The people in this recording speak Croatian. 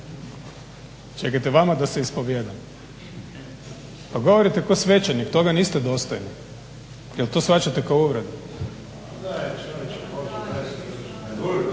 Čekajte, vama da se ispovijedam? Pa govorite kao svećenik, toga niste dostojni. Jer to shvaćate kao uvredu.